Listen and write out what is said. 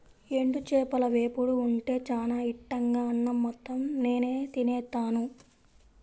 ఎండు చేపల వేపుడు ఉంటే చానా ఇట్టంగా అన్నం మొత్తం నేనే తినేత్తాను